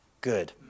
good